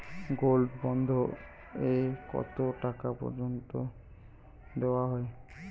Gold bond এ কতো টাকা পর্যন্ত দেওয়া হয়?